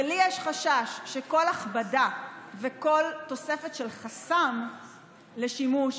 ולי יש חשש שכל הכבדה וכל תוספת של חסם לשימוש